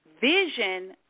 vision